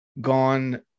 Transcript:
gone